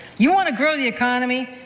you want to grow the economy?